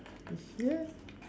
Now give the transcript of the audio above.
ya